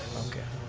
okay,